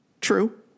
True